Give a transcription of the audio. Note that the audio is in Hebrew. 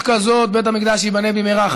כזאת, בית-המקדש ייבנה במהרה.